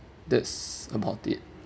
that's about it